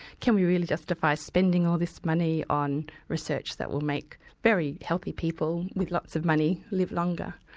can we really justify spending all this money on research that would make very healthy people with lots of money, live longer.